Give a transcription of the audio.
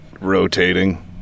rotating